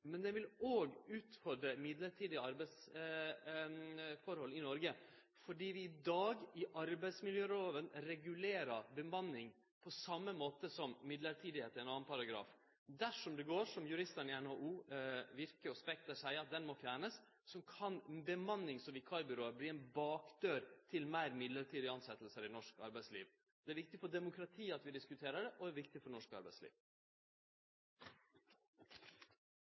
men det vil òg utfordre mellombelse arbeidsforhold i Noreg, fordi vi i arbeidsmiljølova i dag regulerer bemanning på same måte som vi gjer med mellombelse, etter ein annan paragraf. Dersom det går som juristane i NHO, Virke og Spekter seier, at han må fjernast, kan bemannings- og vikarbyrå verte ei bakdør til meir mellombelse tilsetjingar i norsk arbeidsliv. Det er viktig for demokratiet at vi diskuterer det, og det er viktig for norsk arbeidsliv.